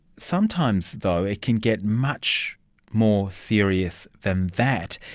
sometimes though it can get much more serious than that.